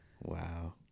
Wow